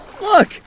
Look